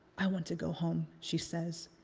i want to go home she says.